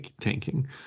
tanking